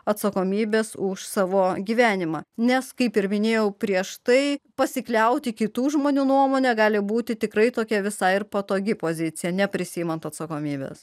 atsakomybės už savo gyvenimą nes kaip ir minėjau prieš tai pasikliauti kitų žmonių nuomone gali būti tikrai tokia visai patogi pozicija neprisiimant atsakomybės